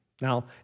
Now